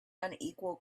unequal